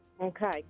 Okay